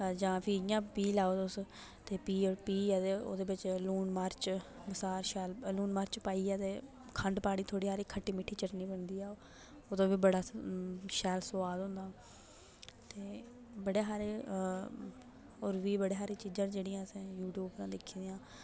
जां फ्ही इयां पही लेऔ तुस ते फ्ही पहियै ते ओह्दे बिच्च लून मर्च लून मर्च पाईयै ते खंड पानी थोह्ड़ी हारी खट्टी मिट्ठी चटनी बनदी ऐ ओह् ओह्दा बा बड़ा शौैल सोआद होंदा होर बी बड़ियां सारियां चीजां न जेह्ड़ियां असैं यूटयूब उप्परा दा दिक्खी दियां न